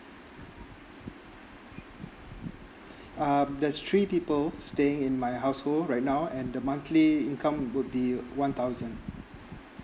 um that's three people staying in my household right now and the monthly income would be one thousand